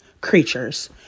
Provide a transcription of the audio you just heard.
creatures